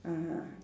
(uh huh)